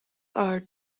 are